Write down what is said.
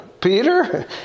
Peter